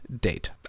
date